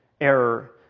error